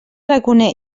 raconer